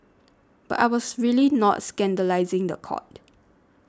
but I was really not scandalising the court